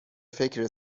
فکر